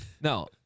No